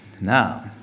Now